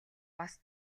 бас